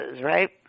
right